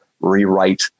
rewrite